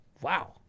Wow